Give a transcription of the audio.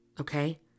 Okay